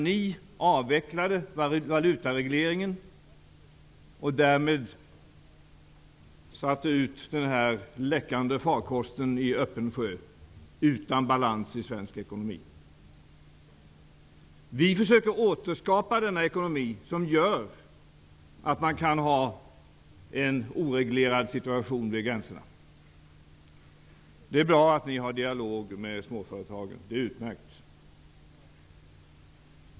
Ni avvecklade ju valutaregleringen och satte därmed ut den läckande farkosten i öppen sjö utan balans i svensk ekonomi. Vi försöker återskapa den ekonomi som gör att man kan ha en oreglerad situation vid gränserna. Det är bra att ni har dialog med småföretagen. Det är utmärkt.